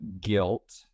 guilt